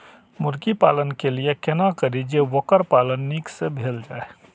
मुर्गी पालन के लिए केना करी जे वोकर पालन नीक से भेल जाय?